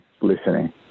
listening